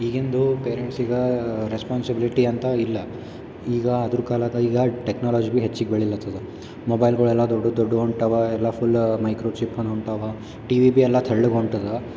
ಈಗಿಂದು ಪೇರೆಂಟ್ಸಿಗೆ ರೆಸ್ಪಾನ್ಸಿಬಿಲಿಟಿ ಅಂತ ಇಲ್ಲ ಈಗ ಅದರ ಕಾಲದ ಈಗ ಟೆಕ್ನಾಲಜಿ ಬಿ ಹೆಚ್ಚಿಗೆ ಬೆಳಿಲತದ ಮೊಬೈಲ್ಗಳ್ ಎಲ್ಲ ದೊಡ್ಡ ದೊಡ್ಡ ಹೊಂಟಿವೆ ಎಲ್ಲ ಫುಲ್ ಮೈಕ್ರೋ ಚಿಪ್ಪನ್ನು ಹೊಂಟಿವೆ ಟಿವಿ ಬಿ ಎಲ್ಲ ತೆಳ್ಳಗೆ ಹೊಂಟಿದೆ